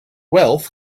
wealth